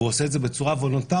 והוא עושה את זה בצורה וולונטרית,